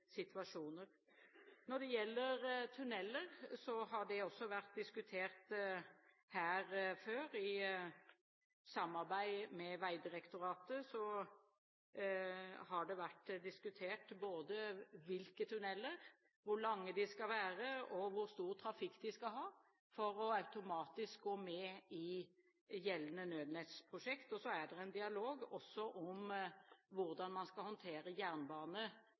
Når det gjelder tunneler, har det også vært diskutert her før. I samarbeid med Vegdirektoratet har det vært diskutert både hvilke tunneler, hvor lange de skal være og hvor stor trafikk de skal ha for automatisk å gå med i gjeldende nødnettprosjekt. Og så er det en dialog med Samferdselsdepartementet om hvordan man skal håndtere jernbane.